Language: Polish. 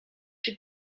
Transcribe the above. czy